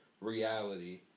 reality